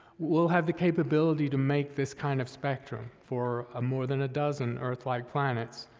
we'll have the capability to make this kind of spectrum for ah more than a dozen earth-like planets.